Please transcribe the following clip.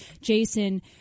Jason